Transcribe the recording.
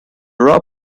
rob